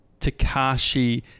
takashi